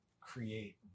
create